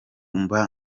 mba